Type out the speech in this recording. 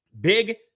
big